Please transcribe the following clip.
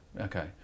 okay